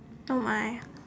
oh my